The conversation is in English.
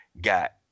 got